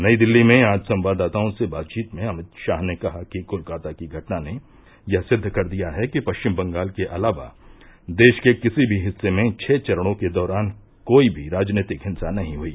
नई दिल्ली में आज संवाददाताओं से बातचीत में अमित शाह ने कहा कि कोलकाता की घटना ने यह सिद्व कर दिया है कि पश्चिम बंगाल के अलावा देश के किसी भी हिस्से में छह चरणों के दौरान कोई भी राजनीतिक हिंसा नहीं हुई